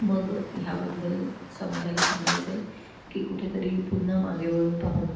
मग ह्याबद्दल समाजाला सांगायचं आहे की कुठेतरी पुन्हा मागे वळून पाहून